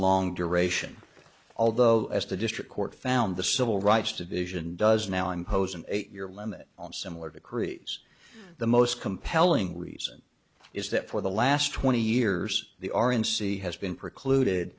long duration although as the district court found the civil rights division does now impose an eight year limit on similar decrees the most compelling reason is that for the last twenty years the are in c has been precluded